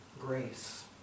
grace